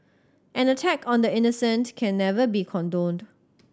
an attack on the innocent can never be condoned